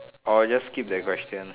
orh just skip that question